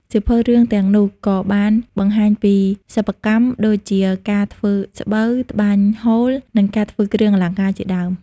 សៀវភៅរឿងទាំងនោះក៏បានបង្ហាញពី សិប្បកម្ម ដូចជាការធ្វើស្បូវ ត្បាញហូល និងការធ្វើគ្រឿងអលង្ការជាដើម។